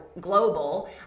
global